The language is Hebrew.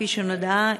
כפי שנודע,